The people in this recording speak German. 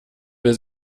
will